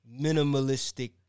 minimalistic